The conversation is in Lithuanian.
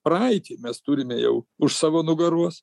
praeitį mes turime jau už savo nugaros